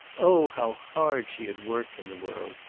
oh, how hard she had worked in the world,